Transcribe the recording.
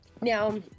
now